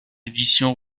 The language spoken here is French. édition